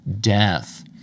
death